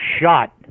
shot